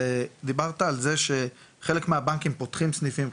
ודיברת על זה שחלק מהבנקים פותחים סניפים,